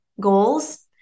goals